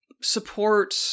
support